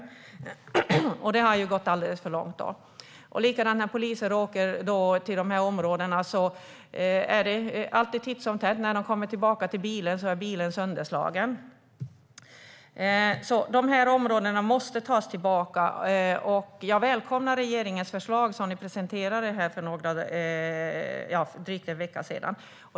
Då har det gått alldeles för långt. När poliser besöker dessa områden och går ur bilen, så är bilen sönderslagen när de kommer tillbaka till den. Dessa områden måste tas tillbaka. Jag välkomnar regeringens förslag som ni presenterade för drygt en vecka sedan.